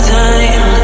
time